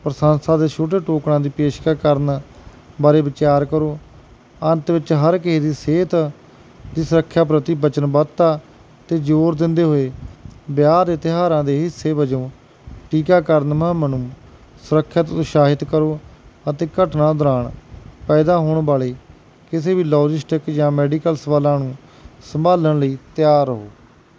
ਪ੍ਰਸ਼ੰਸਾ ਦੇ ਛੋਟੇ ਟੋਕਨਾਂ ਦੀ ਪੇਸ਼ਕਸ਼ ਕਰਨ ਬਾਰੇ ਵਿਚਾਰ ਕਰੋ ਅੰਤ ਵਿੱਚ ਹਰ ਕਿਸੇ ਦੀ ਸਿਹਤ ਦੀ ਸੁਰੱਖਿਆ ਪ੍ਰਤੀ ਵਚਨਬੱਧਤਾ 'ਤੇ ਜ਼ੋਰ ਦਿੰਦੇ ਹੋਏ ਵਿਆਹ ਦੇ ਤਿਉਹਾਰਾਂ ਦੇ ਹਿੱਸੇ ਵਜੋਂ ਟੀਕਾਕਰਨ ਮੁਹਿੰਮ ਨੂੰ ਸੁਰੱਖਿਅਤ ਉਤਸ਼ਾਹਿਤ ਕਰੋ ਅਤੇ ਘਟਨਾ ਦੌਰਾਨ ਪੈਦਾ ਹੋਣ ਵਾਲੀ ਕਿਸੇ ਵੀ ਲੋਜਿਸਟਿਕ ਜਾਂ ਮੈਡੀਕਲ ਸਵਾਲਾਂ ਨੂੰ ਸੰਭਾਲਣ ਲਈ ਤਿਆਰ ਰਹੋ